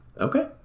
Okay